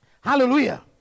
Hallelujah